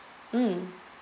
mm